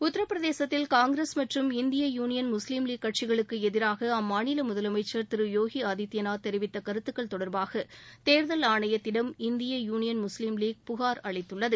உத்தரப்பிரதேசத்தில் காங்கிரஸ் மற்றும் இந்திய யூனியன் முஸ்லிம் லீக் கட்சிகளுக்கு எதிராக அம்மாநில முதலமைச்சர் திரு யோகி ஆதித்யநாத் தெரிவித்த கருத்துகள் தொடர்பாக தேர்தல் ஆணையத்திடம் இந்திய யூனியன் முஸ்லிம் லீக் புகார் அளித்துள்ளது